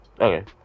Okay